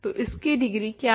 तो इसकी डिग्री क्या होगी